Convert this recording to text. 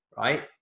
Right